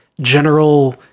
general